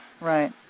Right